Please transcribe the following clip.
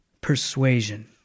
persuasion